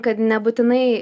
kad nebūtinai